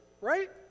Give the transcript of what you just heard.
right